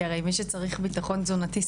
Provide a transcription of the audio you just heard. כי הרי מי שצריך ביטחון תזונתי,